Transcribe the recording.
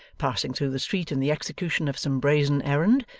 passing through the street in the execution of some brazen errand,